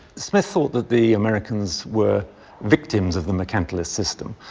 smith thought that the americans were victims of the mercantilist system.